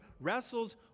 wrestles